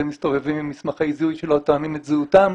מסתובבים עם מסמכי זיהוי שלא תואמים את זהותם,